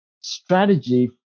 strategy